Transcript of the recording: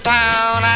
town